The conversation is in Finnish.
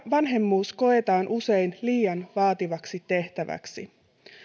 vanhemmuus koetaan usein liian vaativaksi tehtäväksi